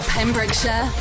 Pembrokeshire